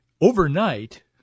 Overnight